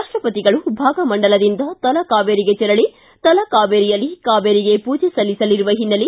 ರಾಪ್ಟಪತಿಗಳು ಭಾಗಮಂಡಲದಿಂದ ತಲಕಾವೇರಿಗೆ ತೆರಳಿ ತಲಕಾವೇರಿಯಲ್ಲಿ ಕಾವೇರಿಗೆ ಪೂಜೆ ಸಲ್ಲಿಸಲಿರುವ ಹಿನ್ನೆಲೆ